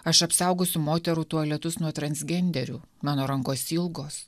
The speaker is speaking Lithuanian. aš apsaugosiu moterų tualetus nuo transgenderių mano rankos ilgos